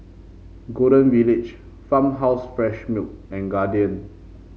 Golden Village Farmhouse Fresh Milk and Guardian